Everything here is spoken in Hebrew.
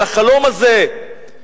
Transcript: על החלום הזה,